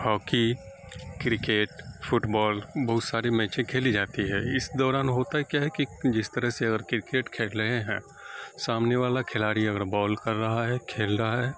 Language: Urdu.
ہاکی کرکٹ فٹ بال بہت ساری میچیں کھیلی جاتی ہے اس دوران ہوتا کیا ہے کہ جس طرح سے اگر کرکٹ کھیل رہے ہیں سامنے والا کھلاڑی اگر بال کر رہا ہے کھیل رہا ہے